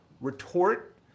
retort